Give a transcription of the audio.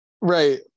Right